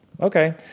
Okay